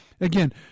again